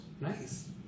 Nice